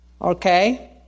Okay